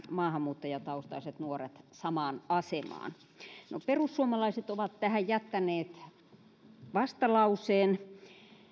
maahanmuuttajataustaiset nuoret samaan asemaan perussuomalaiset ovat tähän jättäneet vastalauseen